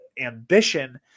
ambition